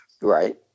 Right